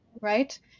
right